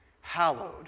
hallowed